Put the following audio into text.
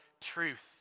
truth